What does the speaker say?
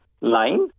line